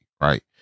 right